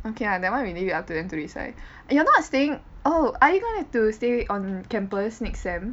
okay lah that one really up to them to decide you're not staying oh are you gonna to stay on campus next sem